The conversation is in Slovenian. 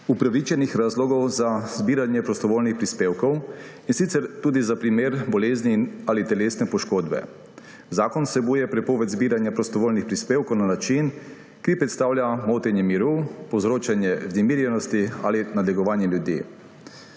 upravičenih razlogov za zbiranje prostovoljnih prispevkov, in sicer tudi za primer bolezni ali telesne poškodbe. Zakon vsebuje prepoved zbiranja prostovoljnih prispevkov na način, ki predstavlja motenje miru, povzročanje vznemirjenosti ali nadlegovanje ljudi.